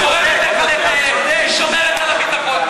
היא גורמת לך היא שומרת על הביטחון.